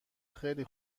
خیلی